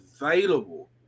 available